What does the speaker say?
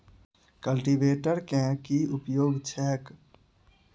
Cultivator केँ की उपयोग छैक?